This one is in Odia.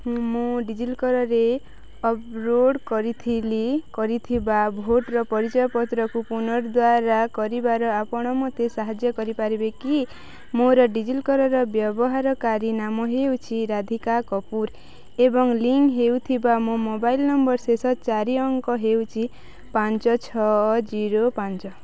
ମୁଁ ଡି ଜି ଲକର୍ରେ ଅପଲୋଡ଼୍ କରିଥିଲି କରିଥିବା ଭୋଟର୍ ପରିଚୟ ପତ୍ରକୁ ପୁନରୁଦ୍ଧାର କରିବାର ଆପଣ ମୋତେ ସାହାଯ୍ୟ କରିପାରିବେ କି ମୋର ଡି ଜି ଲକର୍ର ବ୍ୟବହାରକାରୀ ନାମ ହେଉଛି ରାଧିକା କପୁର ଏବଂ ଲିଙ୍କ୍ ହେଉଥିବା ମୋ ମୋବାଇଲ୍ ନମ୍ବର୍ର ଶେଷ ଚାରି ଅଙ୍କ ହେଉଛି ପାଞ୍ଚ ଛଅ ଜିରୋ ପାଞ୍ଚ